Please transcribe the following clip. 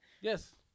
Yes